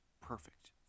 perfect